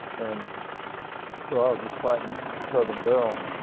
and so i was just fighting southern bell.